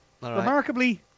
Remarkably